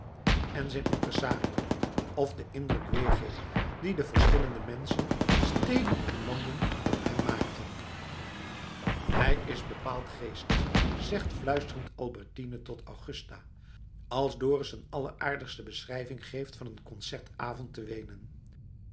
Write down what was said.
en zijn impressario of den indruk weergeeft dien de verschillende menschen steden en landen op hem maakten hij is bepaald geestig zegt fluisterend albertine tot augusta als dorus een alleraardigste beschrijving geeft van een concertavond te weenen